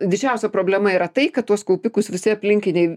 didžiausia problema yra tai kad tuos kaupikus visi aplinkiniai